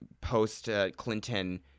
post-Clinton